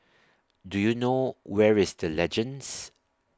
Do YOU know Where IS The Legends